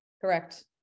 correct